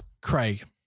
Craig